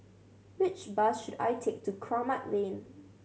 which bus should I take to Kramat Lane